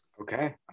Okay